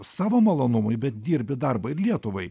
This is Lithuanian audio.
savo malonumui bet dirbi darbą ir lietuvai